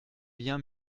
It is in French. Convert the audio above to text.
bien